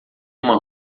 uma